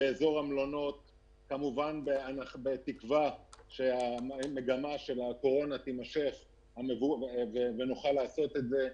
באזור המלונות בתקווה שמגמת הירידה של הקורונה תימשך ונוכל לעשות את זה.